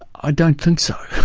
i don't think so.